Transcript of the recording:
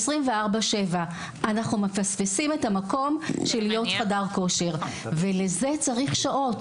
24/7. אנחנו מפספסים את המקום של להיות חדר כושר ולזה צריך שעות,